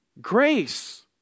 Grace